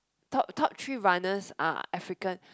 top top three runners are African